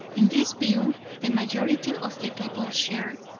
in this view the majority of the people shared,